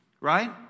Right